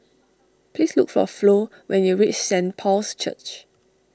please look for Flo when you reach Saint Paul's Church